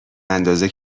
اندازه